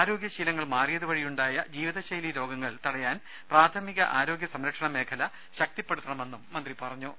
ആരോഗ്യ ശീലങ്ങൾ മാറിയതുവഴിയുണ്ടായ ജീവിതശൈലി രോഗങ്ങൾ തടയാൻ പ്രാഥമിക ആരോഗ്യ സംരക്ഷണ മേഖല ശക്തിപ്പെടുത്തണമെന്നും മന്ത്രി പറഞ്ഞു